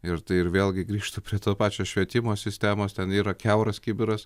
ir tai ir vėlgi grįžtu prie to pačios švietimo sistemos ten yra kiauras kibiras